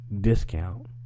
discount